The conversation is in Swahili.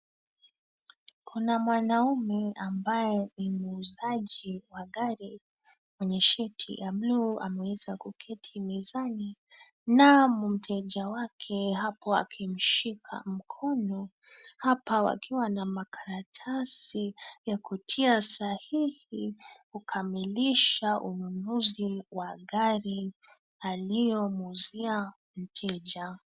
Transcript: Kuna mwanaume ambaye ni muuzaji wa gari wenye sheti bluu ameweza kuketi mezani na mteja wake hapo akimshika mkono hapa wakiwa na makaratasi ya kutia sahihi kukamilisha ununuzi wa gari ailoyomuuzia mteja.